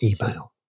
email